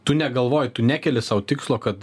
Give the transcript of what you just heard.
tu negalvoji tu nekeli sau tikslo kad